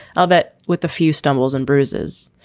albeit with a few stumbles and bruises.